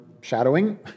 shadowing